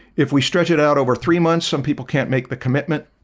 if we stretch it out over three months, some people can't make the commitment.